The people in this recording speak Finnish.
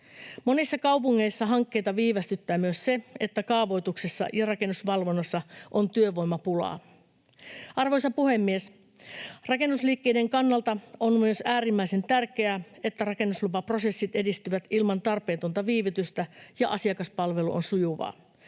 Monissa kaupungeissa hankkeita viivästyttää myös se, että kaavoituksessa ja rakennusvalvonnassa on työvoimapulaa. Arvoisa puhemies! Rakennusliikkeiden kannalta on myös äärimmäisen tärkeää, että rakennuslupaprosessit edistyvät ilman tarpeetonta viivytystä ja asiakaspalvelu on sujuvaa.